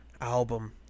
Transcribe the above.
album